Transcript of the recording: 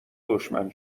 دشمن